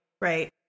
Right